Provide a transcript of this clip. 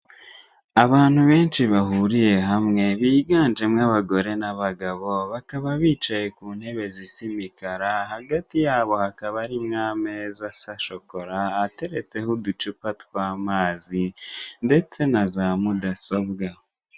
Abantu benshi bahuriye hamwe biganjemo abagore n'abagabo bakaba bicaye ku ntebe zisa imikara, hagati ya bo hakaba ari n'ameza asa shokola ateretseho uducupa tw'amazi, ndetse na za mudasobwa.